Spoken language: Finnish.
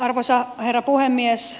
arvoisa herra puhemies